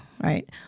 right